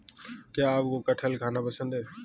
क्या आपको कठहल खाना पसंद है?